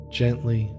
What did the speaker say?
gently